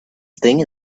thing